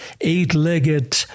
eight-legged